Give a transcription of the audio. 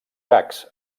gags